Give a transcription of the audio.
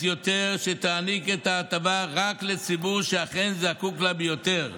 יותר שתעניק את ההטבה רק לציבור שאכן זקוק לה ביותר,